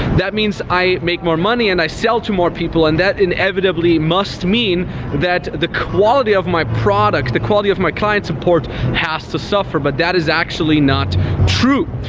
that means i make more money and i sell to more people, and that inevitably must mean that the quality of my product, the quality of my client support has to suffer, but that is actually not true.